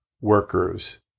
workers